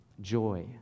joy